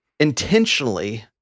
intentionally